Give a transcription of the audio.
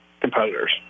competitors